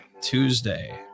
Tuesday